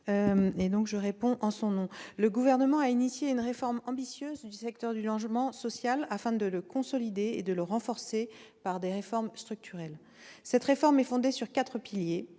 donc en son nom. Le Gouvernement a lancé une réforme ambitieuse du secteur du logement social afin de le consolider et de le renforcer par des réformes structurelles. Cette réforme est fondée sur quatre piliers